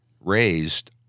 raised